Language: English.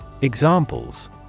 Examples